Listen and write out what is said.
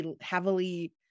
heavily